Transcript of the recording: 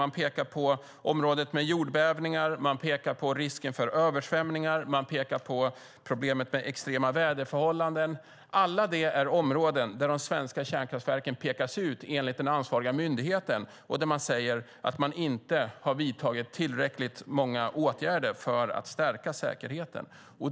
Man pekar på jordbävningar, risken för översvämningar och på problemet med extrema väderförhållanden - alla områden där de svenska kärnkraftverken pekats ut enligt den ansvariga myndigheten och där man säger att det inte har vidtagits tillräckligt många åtgärder för att stärka säkerheten.